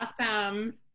Awesome